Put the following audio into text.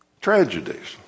Tragedies